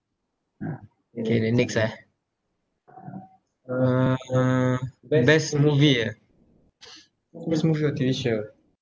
K the next ah uh uh best movie ah best movie or T_V show